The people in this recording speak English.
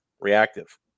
reactive